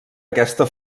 aquesta